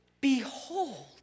behold